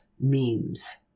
memes